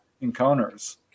encounters